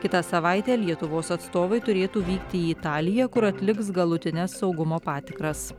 kitą savaitę lietuvos atstovai turėtų vykti į italiją kur atliks galutines saugumo patikras